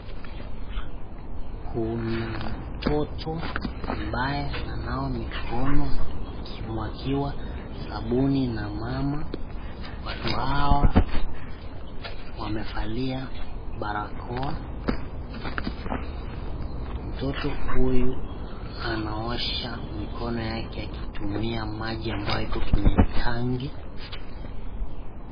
Kuna mtoto ambaye ananawa mikono, akimwagiwa sabuni na mama, watu hawa wamevalia barakoa, mtoto huyu anaosha mikono yake akitumia maji ambayo iko kwenye tanki.